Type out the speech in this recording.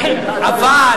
למען השם,